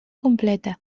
completa